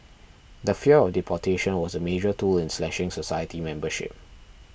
the fear of deportation was a major tool in slashing society membership